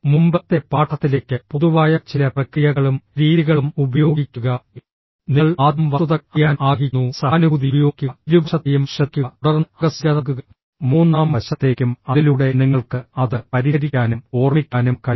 മുമ്പത്തെ പാഠത്തിലേക്ക് പൊതുവായ ചില പ്രക്രിയകളും രീതികളും ഉപയോഗിക്കുക നിങ്ങൾ ആദ്യം വസ്തുതകൾ അറിയാൻ ആഗ്രഹിക്കുന്നു സഹാനുഭൂതി ഉപയോഗിക്കുക ഇരുപക്ഷത്തെയും ശ്രദ്ധിക്കുക തുടർന്ന് ആകസ്മികത നൽകുക മൂന്നാം വശത്തേക്കും അതിലൂടെ നിങ്ങൾക്ക് അത് പരിഹരിക്കാനും ഓർമ്മിക്കാനും കഴിയും